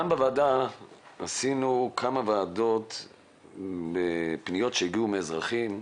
בוועדה קיימנו כמה ישיבות ודנו בפניות שהגיעו מאזרחים,